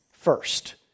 first